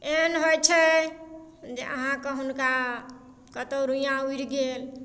एहन होइ छै जे अहाँके हुनका कतौ रुइयाँ उड़ि गेल